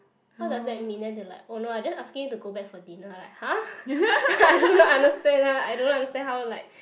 what does that mean then they like oh no I just asking you to go back for dinner like !huh! no lah understand lah I don't understand how like